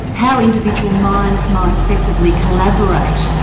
how individual minds might effectively collaborate,